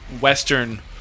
Western